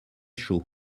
chaud